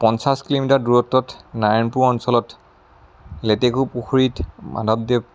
পঞ্চাছ কিলোমিটাৰ দূৰত্বত নাৰায়ণপুৰ অঞ্চলত লেটেকু পুখুৰীত মাধৱদেৱ